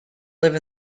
live